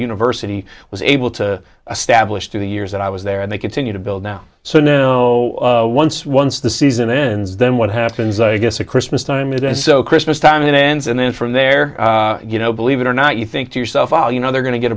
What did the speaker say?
university was able to establish through the years that i was there and they continue to build now so no once once the season ends then what happens i guess a christmas time is going so christmas time and ends and then from there you know believe it or not you think to yourself while you know they're going to get